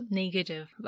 negative